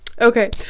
okay